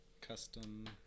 custom